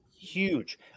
huge